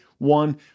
One